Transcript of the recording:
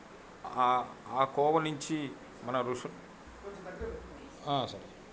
ఆ కోవ నుంచి మన ఋషులు సరే